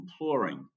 imploring